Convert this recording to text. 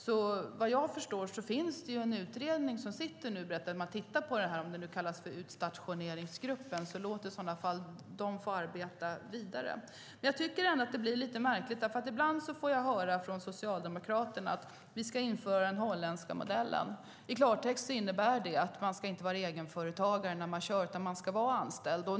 Såvitt jag förstår finns det en utredning, som kallas utstationeringsgruppen, som ser över detta. Låt i så fall denna grupp få arbeta vidare. Jag tycker ändå att detta blir lite märkligt. Ibland får jag höra från Socialdemokraterna att vi ska införa den holländska modellen. I klartext innebär det att man inte ska vara egenföretagare när man kör utan att man ska vara anställd.